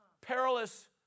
Perilous